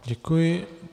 Děkuji.